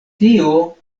tio